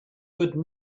would